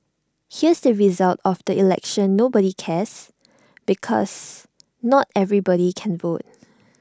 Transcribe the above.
here's the result of the election nobody cares because not everybody can vote